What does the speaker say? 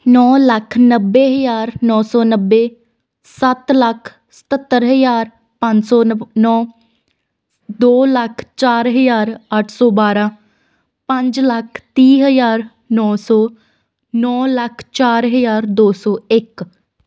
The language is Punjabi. ਨੌ ਲੱਖ ਨੱਬੇ ਹਜ਼ਾਰ ਨੌ ਸੌ ਨੱਬੇ ਸੱਤ ਲੱਖ ਸਤੱਤਰ ਹਜ਼ਾਰ ਪੰਜ ਸੌ ਨੌ ਦੋ ਲੱਖ ਚਾਰ ਹਜ਼ਾਰ ਅੱਠ ਸੌ ਬਾਰ੍ਹਾਂ ਪੰਜ ਲੱਖ ਤੀਹ ਹਜ਼ਾਰ ਨੌ ਸੌ ਨੌ ਲੱਖ ਚਾਰ ਹਜ਼ਾਰ ਦੋ ਸੌ ਇੱਕ